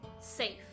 safe